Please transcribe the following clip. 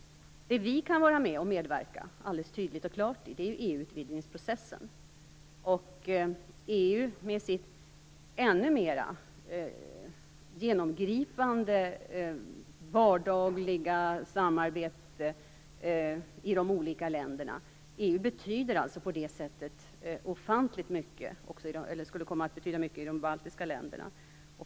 Det vi kan medverka tydligt och klart i är ju EU utvidgningsprocessen. EU med sitt ännu mer genomgripande vardagliga samarbete mellan de olika länderna kan komma att betyda ofantligt mycket i de baltiska länderna.